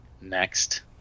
next